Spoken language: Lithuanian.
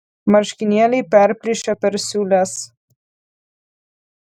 marškinėliai perplyšę per siūles